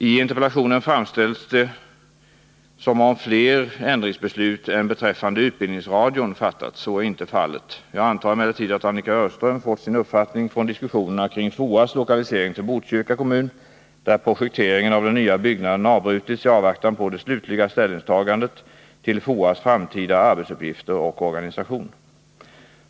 I interpellationen framställs saken som om det fattats fler ändringsbeslut än beslutet beträffande utbildningsradion. Så är inte fallet. Jag antar emellertid att Annika Öhrström fått sin uppfattning från diskussionerna kring FOA:s lokalisering till Botkyrka kommun, där projekteringen av den nya byggnaden avbrutits i avvaktan på det slutliga ställningstagandet till FOA:s framtida arbetsuppgifter och organisation.